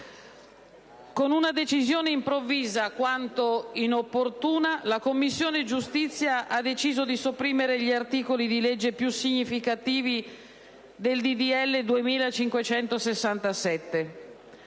Con una decisione improvvisa, quanto inopportuna, la Commissione giustizia ha deciso di sopprimere gli articoli più significativi del disegno